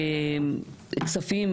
כספים,